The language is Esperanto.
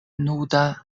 nuda